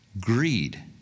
Greed